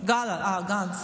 זה היה גלנט, גלנט,